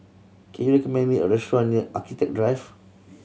can you recommend me a restaurant near Architecture Drive